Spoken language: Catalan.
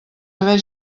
haver